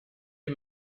les